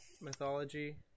mythology